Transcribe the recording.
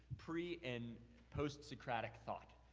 pre and post-socratic thought.